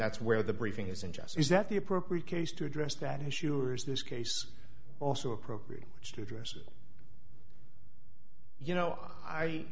that's where the briefing is and just is that the appropriate case to address that issue or is this case also appropriate in which to address it you know i